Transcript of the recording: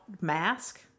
mask